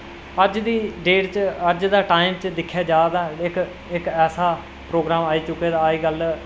अज्ज दी डेट च अज्ज दे टाईम च दिक्खेआ जा तां इक ऐसा प्रोग्राम आई चुके दा अजकल्ल